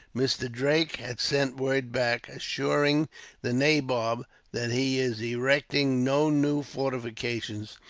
mr. drake has sent word back, assuring the nabob that he is erecting no new fortifications,